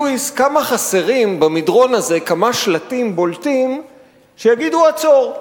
לואיס: כמה חסרים לנו במדרון הזה כמה שלטים בולטים שיגידו "עצור".